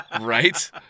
Right